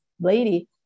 lady